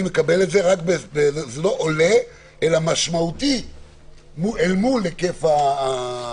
לא "עולה", אלא משמעותי אל מול ההיקף.